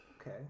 Okay